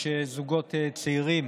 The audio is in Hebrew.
יש זוגות צעירים